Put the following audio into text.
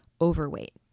overweight